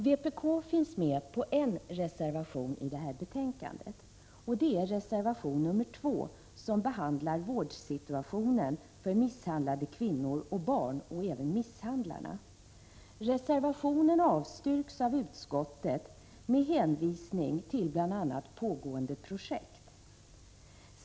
Även vpk står bakom reservation 2 i betänkandet som behandlar vårdsituationen för misshandlade kvinnor och barn och även för dem som misshandlar. Reservationen avstyrks av utskottet med hänvisning till bl.a. pågående projekt.